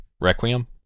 Requiem